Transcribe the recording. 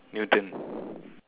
Newton